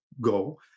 go